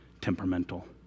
temperamental